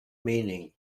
meaning